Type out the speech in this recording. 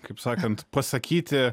kaip sakant pasakyti